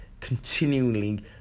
continually